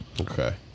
Okay